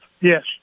Yes